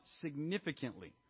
significantly